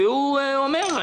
הוא אמר לי: